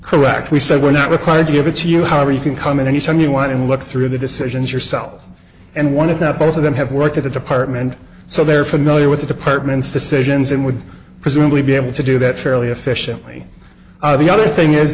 correct we said we're not required to give it to you however you can come in any time you want and look through the decisions yourself and one of that both of them have worked at the department so they're familiar with the department's decisions and would presumably be able to do that fairly efficiently the other thing is